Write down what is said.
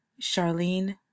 Charlene